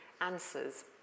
answers